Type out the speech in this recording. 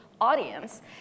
audience